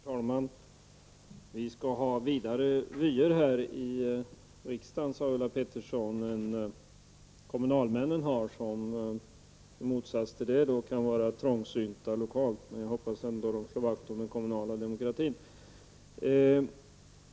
Herr talman! Vi skall ha vidare vyer här i riksdagen, sade Ulla Pettersson, än kommunalmännen har som kan vara trångsynta lokalt. Men man hoppas ändå att de slår vakt om den kommunala demokratin.